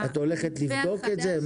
את הולכת לבדוק את זה?